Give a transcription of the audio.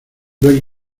blanco